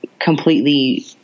completely